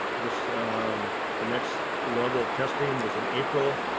the so the next level of testing was an april,